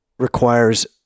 requires